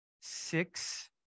six